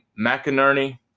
McInerney